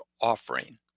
offering